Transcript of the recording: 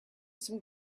some